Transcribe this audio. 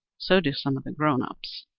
so do some of the grownups.